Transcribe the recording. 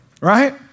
Right